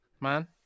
man